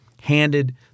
Handed